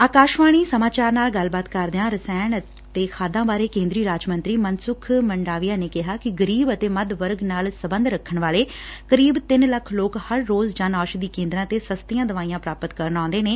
ਆਕਾਸ਼ਵਾਣੀ ਸਮਾਚਾਰ ਨਾਲ ਗੱਲਬਾਤ ਕਰਦਿਆਂ ਰਸਾਇਣ ਅਤੇ ਖਾਦਾਂ ਬਾਰੇ ਕੇਂਦਰੀ ਰਾਜ ਮੰਤਰੀ ਮਨਸੁਖ ਮਨਡਾਵੀਆ ਨੇ ਕਿਹਾ ਕਿ ਗਰੀਬ ਅਤੇ ਮੱਧ ਵਰਗ ਨਾਲ ਸਬੰਧ ਰੱਖਣ ਵਾਲੇ ਕਰੀਬ ਤਿੰਨ ਲੱਖ ਲੋਕ ਹਰ ਰੋਜ਼ ਜਨ ਔਸ਼ਧੀ ਕੇਂਦਰਾਂ ਤੇ ਸਸਤੀਆਂ ਦਵਾਈਆਂ ਪ੍ਾਪਤ ਕਰਨ ਆਉਂਦੇ ਨੇ